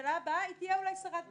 שבממשלה הבאה היא תהיה אולי שרת ביטחון.